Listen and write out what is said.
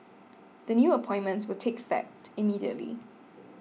the new appointments will take effect immediately